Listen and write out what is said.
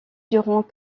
durant